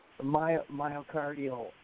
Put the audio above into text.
Myocardial